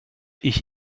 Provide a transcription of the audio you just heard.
ich